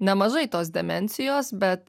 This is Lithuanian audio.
nemažai tos demensijos bet